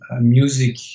music